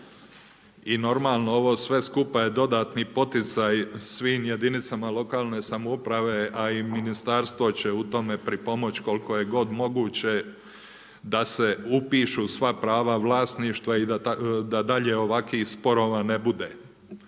i normalno, ovo sve skupa je dodatni poticaj svim jedinicama lokalne samouprave, a i ministarstvo će u tome pripomoći koliko je god moguće da se upišu prava vlasništva i da dalje ovakvih sporova ne bude.